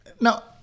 Now